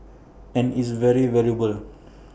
and it's been very valuable